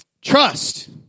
Trust